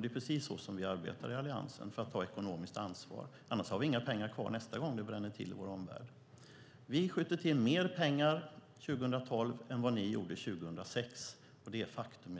Det är så vi arbetar i Alliansen. Vi tar ett ekonomiskt ansvar, för annars har vi inga pengar kvar nästa gång det bränner till i vår omvärld. Vi skjuter till mer pengar 2012 än vad ni gjorde 2006. Det är ett faktum.